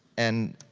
and